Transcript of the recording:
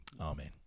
Amen